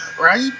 Right